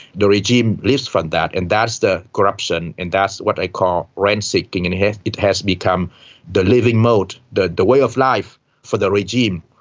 the regime lives from that and that's the corruption and that's what i call rent-seeking, and it has become the living mode, the the way of life for the regime.